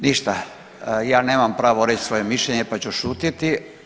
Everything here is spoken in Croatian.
Ništa, ja nemam pravo reći svoje mišljenje pa ću šutjeti.